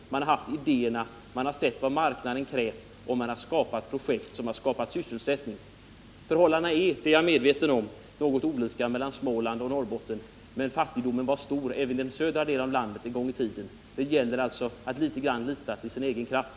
De har haft idéerna, de har sett vad marknaden har krävt och de har skapat projekt som har givit sysselsättning. Förhållandena är, det är jag medveten om, något olika i Småland och i Norrbotten, men fattigdomen var stor även i de södra delarna av landet en gång i tiden. Det gäller alltså att något lita till sin egen kraft.